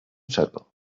czego